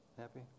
Happy